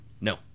No